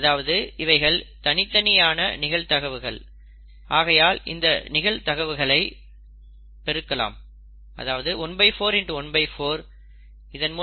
அதாவது இவைகள் தனித்தனியான நிகழ்வுகள் ஆகையால் இந்த நிகழ்தகவுகளை பெருக்கலாம்